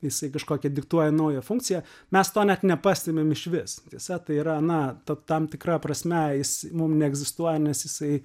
jisai kažkokią diktuoja naują funkciją mes to net nepastebim išvis tiesa tai yra na tam tikra prasme jis mum neegzistuoja nes jisai